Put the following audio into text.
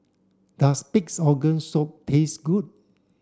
does pig's organ soup taste good